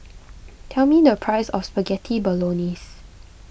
tell me the price of Spaghetti Bolognese